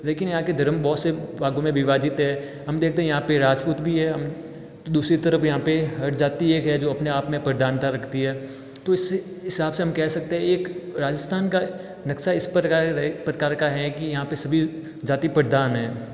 लेकिन यहाँ के धर्म बहुत से भागों में विभाजित हैं हम देखते हैं यहाँ पर राजपूत भी हैं दूसरी तरफ यहाँ पर हर जाति एक है जो अपने आप में प्रधानता रखती है तो इस हिसाब से हम कह सकते हैं एक राजस्थान का नक्शा इस प्रकार का है कि यहाँ पर सभी जाति प्रधान हैं